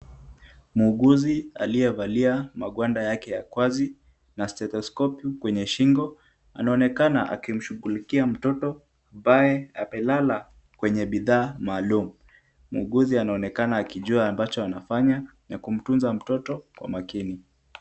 Muuguzi aliyevalia magwanda yake ya kazi na stethoskopu kwenye shingo, anaonekana akimshughulikia mtoto ambaye amelala kwenye bidhaa maalum. Muuguzi anaonekana akijua ambacho anafanya na kumtunza mtoto kwa makini.